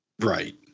Right